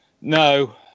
No